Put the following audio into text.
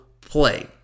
play